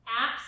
Apps